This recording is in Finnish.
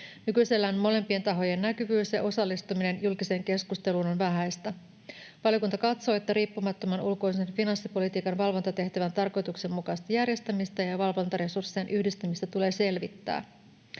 Nykyisellään molempien tahojen näkyvyys ja osallistuminen julkiseen keskusteluun ovat vähäisiä. Valiokunta katsoo, että riippumattoman ulkoisen finanssipolitiikan valvontatehtävän tarkoituksenmukaista järjestämistä ja valvontaresurssien yhdistämistä tulee selvittää.